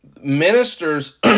ministers